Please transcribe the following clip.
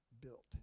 built